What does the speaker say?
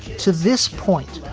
to this point,